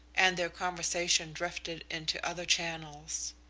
and their conversation drifted into other channels.